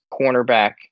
cornerback